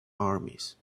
armies